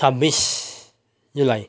छब्बिस जुलाई